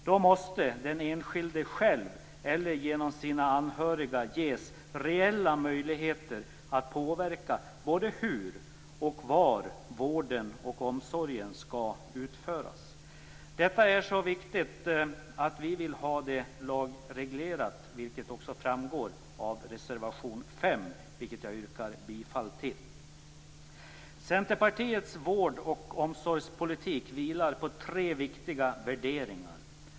Då måste den enskilde själv eller genom sina anhöriga ges reella möjligheter att påverka både hur och var vården och omsorgen skall utföras. Detta är så viktigt att vi vill ha detta lagreglerat, vilket framgår av reservation nr 5, som jag här yrkar bifall till. Centerpartiets vård och omsorgspolitik vilar på tre viktiga värderingar.